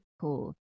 cool